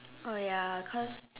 oh ya cause